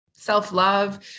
self-love